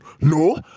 No